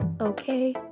Okay